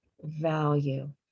value